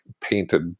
painted